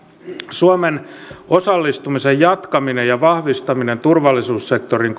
suomen osallistumisen jatkaminen ja vahvistaminen turvallisuussektorin